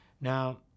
Now